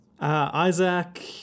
Isaac